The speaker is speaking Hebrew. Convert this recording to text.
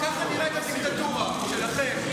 מה, ככה נראית הדיקטטורה שלכם.